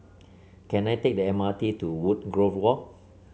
can I take the M R T to Woodgrove Walk